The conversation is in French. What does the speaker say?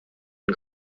une